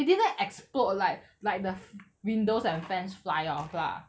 it didn't explode like like the f~ windows and fans fly off lah